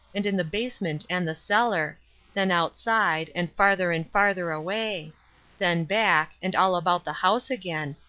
and in the basement and the cellar then outside, and farther and farther away then back, and all about the house again,